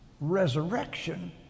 resurrection